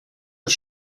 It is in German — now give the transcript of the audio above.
des